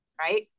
right